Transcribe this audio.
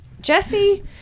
Jesse